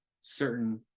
certain